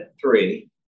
three